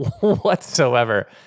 whatsoever